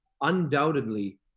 undoubtedly